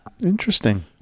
Interesting